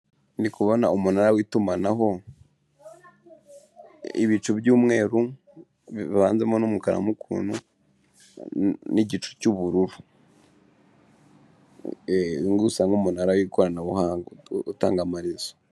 Ndi kubona umunara w'itumanaho, ibicu by'umweru bivanzemo n'umukara mo ukuntu n'igicu cy'ubururu. Uyu nguyu usa nk'umunara w'ikoranabuhanga utanga amarezo.